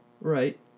Right